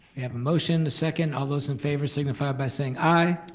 we have a motion, a second, all those in favor signify by saying aye.